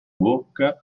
bocca